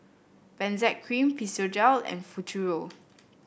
Benzac Cream Physiogel and Futuro